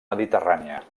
mediterrània